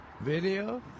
Video